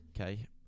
Okay